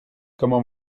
comment